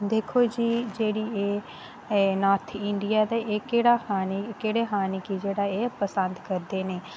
दिक्खो जी एह् जेह्ड़ा नार्थ इंडिया एह् एह्दा केह्ड़ा खाना केह्ड़े खानै गी एह् जेह्ड़ा पसंद करदे न